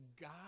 God